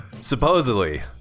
Supposedly